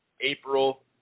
April